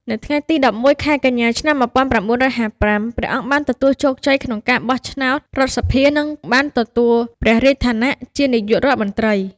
នៅថ្ងៃទី១១ ខែកញ្ញា ឆ្នាំ១៩៥៥ ព្រះអង្គបានទទួលជោគជ័យក្នុងការបោះឆ្នោតរដ្ឋសភា និងបានទទួលព្រះរាជឋានៈជានាយករដ្ឋមន្ត្រី។